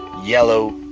yellow,